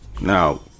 Now